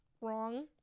wrong